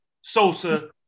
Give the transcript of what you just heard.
Sosa